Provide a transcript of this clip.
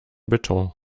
beton